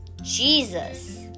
Jesus